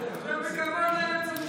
דבר בכבוד לייעוץ המשפטי.